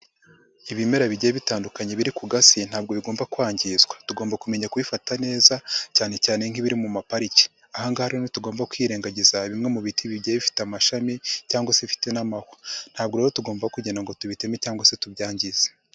Ibimera bigiye bitandukanye biri ku gasi ntabwo bigomba kwangizwa. Tugomba kumenya kubifata neza cyane cyane nk'ibiri mu mapariki. Aha ngaha rero ntitugomba kwirengagiza bimwe mu biti bigiye bifite amashami cyangwa se bifite n'amahwa. Ntabwo rero tugomba kugenda ngo tubiteme cyangwa se tubyangize.